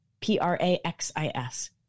P-R-A-X-I-S